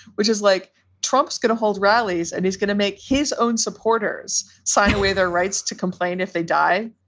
which is like trump's going to hold rallies and he's going to make his own supporters sign away their rights to complain if they die.